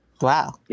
Wow